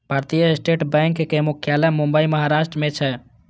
भारतीय स्टेट बैंकक मुख्यालय मुंबई, महाराष्ट्र मे छै